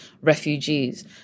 refugees